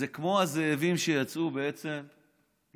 זה כמו הזאבים שיצאו לצוד